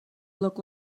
look